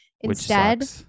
Instead-